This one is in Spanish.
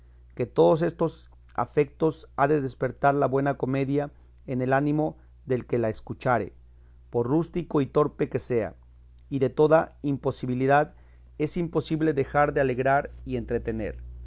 que todos estos afectos ha de despertar la buena comedia en el ánimo del que la escuchare por rústico y torpe que sea y de toda imposibilidad es imposible dejar de alegrar y entretener